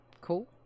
cool